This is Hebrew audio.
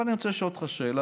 אבל אני רוצה לשאול אותך שאלה,